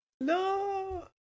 No